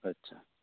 আচ্ছা